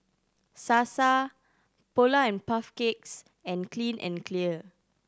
Sasa Polar and Puff Cakes and Clean and Clear